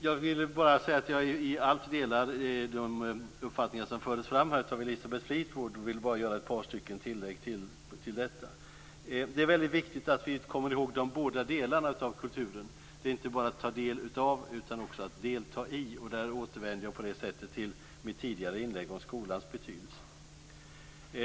Jag vill bara säga att jag i allt delar de uppfattningar som fördes fram av Elisabeth Fleetwood. Jag vill bara göra ett par tillägg. Det är väldigt viktigt att vi kommer ihåg de båda delarna av kulturen: Det är inte bara att ta del utav utan också att delta i. Där återvänder jag till mitt tidigare inlägg om skolans betydelse.